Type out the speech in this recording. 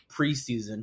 preseason